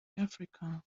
africa